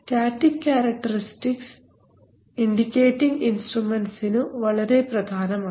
static characteristics indicating ഇൻസ്ട്രുമെൻസിനു വളരെ പ്രധാനമാണ്